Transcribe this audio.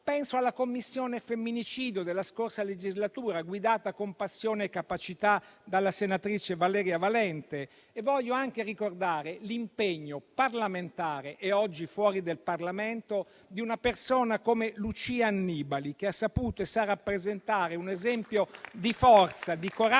Penso alla Commissione sul femminicidio della scorsa legislatura, guidata con passione e capacità dalla senatrice Valeria Valente. Voglio anche ricordare l'impegno parlamentare e oggi fuori dal Parlamento di una persona come Lucia Annibali che ha saputo e sa rappresentare un esempio di forza, di coraggio